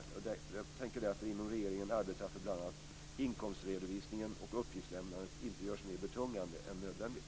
Jag tänker därför inom regeringen arbeta för att bl.a. inkomstredovisningen och uppgiftslämnandet inte görs mer betungande än nödvändigt.